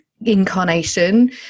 incarnation